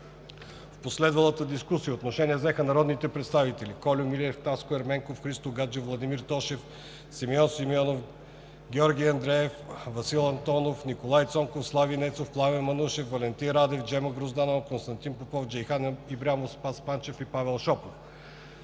В последвалата дискусия отношение взеха народните представители Кольо Милев, Таско Ерменков, Христо Гаджев, Владимир Тошев, Симеон Симеонов, Георги Андреев, Васил Антонов, Николай Цонков, Слави Нецов, Пламен Манушев, Валентин Радев, Джема Грозданова, Константин Попов, Джейхан Ибрямов, Спас Панчев и Павел Шопов.